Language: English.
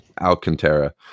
Alcantara